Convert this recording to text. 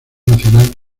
nacional